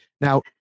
Now